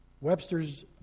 Webster's